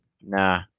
nah